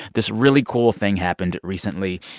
this really cool thing happened recently.